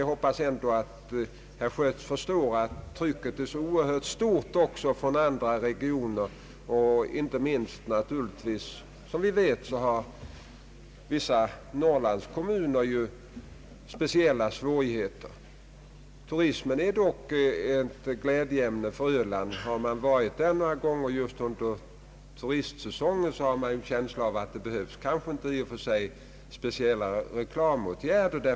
Jag hoppas dock att herr Schött förstår att trycket är oerhört stort också från andra regioner. Som alla vet har ju inte minst vissa Norrlandskommuner speciella svårigheter. Turismen är ett glädjeämne för Öland. Har man varit där några gånger just under turistsäsongen, har man en känsla av att det kanske inte i och för sig behövs speciella reklamåtgärder.